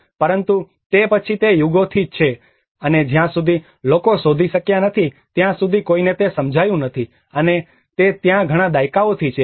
પરંતુ તે પછી તે યુગોથી છે અને જ્યાં સુધી લોકો શોધી શક્યા નથી ત્યાં સુધી કોઈને તે સમજાયું નથી અને તે ત્યાં ઘણા દાયકાઓથી છે